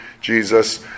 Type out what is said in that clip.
Jesus